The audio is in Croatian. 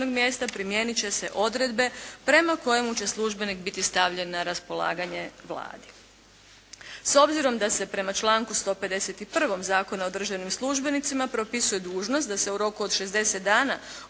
radnog mjesta primijeniti će se odredbe prema kojemu će službenik biti stavljen na raspolaganje Vladi. S obzirom da se prema članku 151. Zakona o državnim službenicima propisuje dužnost da se u roku od 60 dana od